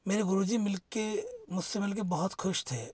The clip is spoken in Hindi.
मेरे गुरुजी मिलकर मुझसे मिलकर बहुत खुश थे